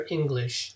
English